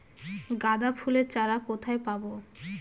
গাঁদা ফুলের চারা কোথায় পাবো?